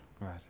Right